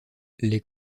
les